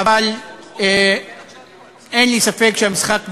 אבל אין לי ספק שהמשחק ב"דוחה"